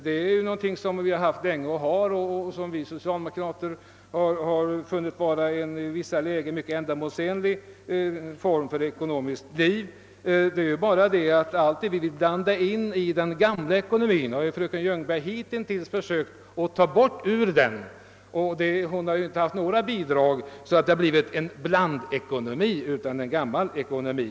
Det är ju ett system som vi haft länge och som vi socialdemokrater funnit vara en i vissa lägen synnerligen ändamålsenlig form för ekonomiskt liv. Det är bara det att allt det vi vill blanda in i den gamla ekonomin har fröken Ljungberg och hennes partikamrater hittills sökt motverka. Fröken Ljungberg och högern över huvud taget har inte givit något bidrag till en blandekonomi.